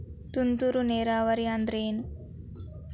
ತುಂತುರು ನೇರಾವರಿ ಅಂದ್ರ ಏನ್?